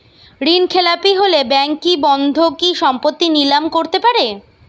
ঋণখেলাপি হলে ব্যাঙ্ক কি বন্ধকি সম্পত্তি নিলাম করতে পারে?